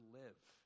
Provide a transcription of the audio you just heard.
live